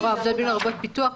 אני רואה: עבודות פיתוח,